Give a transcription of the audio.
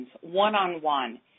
one-on-one